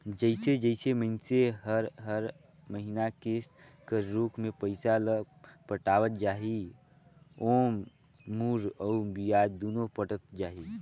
जइसे जइसे मइनसे हर हर महिना किस्त कर रूप में पइसा ल पटावत जाही ओाम मूर अउ बियाज दुनो पटत जाही